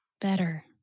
Better